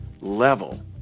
level